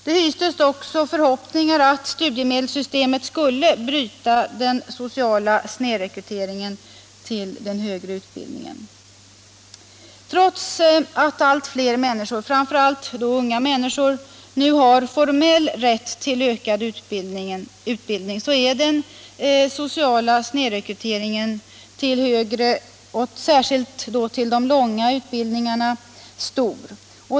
Det hystes också förhoppningar om att studiemedelssystemet skulle bryta den sociala snedrekryteringen till den högre utbildningen. Trots att allt fler människor, framför allt då unga människor, nu har formell rätt till ökad utbildning är den sociala snedrekryteringen till den högre och särskilt till den längre, sammanhållna utbildningen stor.